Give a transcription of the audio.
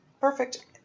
Perfect